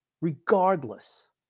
Regardless